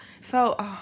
felt